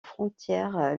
frontière